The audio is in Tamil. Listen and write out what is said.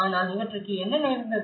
ஆனால் இவற்றுக்கு என்ன நேர்ந்தது